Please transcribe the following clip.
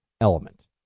element